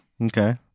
Okay